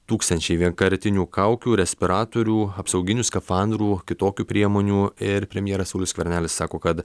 tūkstančiai vienkartinių kaukių respiratorių apsauginių skafandrų kitokių priemonių ir premjeras saulius skvernelis sako kad